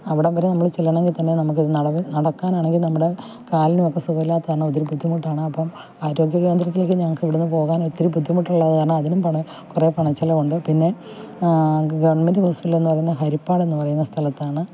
അവിടം വരെ നമ്മൾ ചെല്ലണമെങ്കിൽ തന്നെ നമുക്ക് അതിന് വളരെ നടക്കാൻ ആകുന്ന നമ്മൾ കാലിനൊക്കെ സുഖമില്ലാത്തതാണ് ഒത്തിരി ബുദ്ധിമുട്ടാണ് അപ്പോൾ ആരോഗ്യകേന്ദ്രത്തിലേക്ക് ഞങ്ങൾക്ക് ഇവിടുന്ന് പോകാൻ ഒത്തിരി ബുദ്ധിമുട്ടുള്ളതുകാരണം അതിനും വേണം കുറെ പണച്ചിലവുണ്ട് പിന്നെ ഗവൺമെൻറ്റ് ഹോസ്പിറ്റൽ എന്ന് പറയുന്നത് ഹരിപ്പാട് എന്ന് പറയുന്ന സ്ഥലത്താണ്